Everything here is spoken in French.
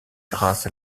grâce